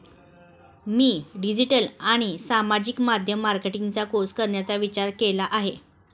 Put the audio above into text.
मी digital आणि सामाजिक माध्यम मार्केटिंगचा कोर्स करण्याचा विचार केला आहे